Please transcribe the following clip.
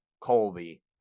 Colby